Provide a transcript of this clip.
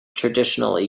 traditionally